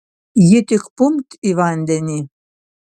ji tik pumpt į vandenį